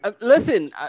Listen